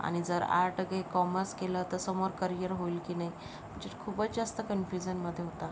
आणि जर आर्ट घे कॉमर्स केलं तर समोर करियर होईल की नाही म्हणजे खूपच जास्त कन्फ्युजनमध्ये होता